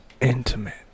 Intimate